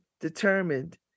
determined